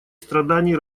страданий